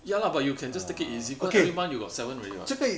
ya lah but you can just take it easy cause every month you got seven already [what]